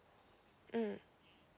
mm